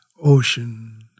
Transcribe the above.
Ocean